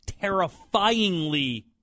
terrifyingly